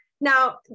Now